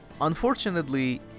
unfortunately